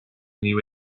new